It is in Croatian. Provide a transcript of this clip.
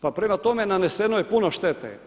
Pa prema tome naneseno je puno štete.